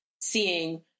seeing